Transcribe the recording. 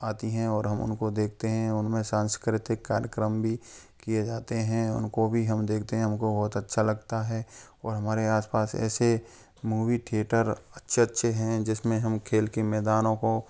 आती हैं और हम उनको देखते हैं उनमें सांस्कृतिक कार्यक्रम भी किए जाते हैं उनको भी हम देखते हैं हमको बहुत अच्छा लगता है और हमारे आसपास ऐसे मूवी थिएटर अच्छे अच्छे हैं जिसमें हम खेल के मैदानों को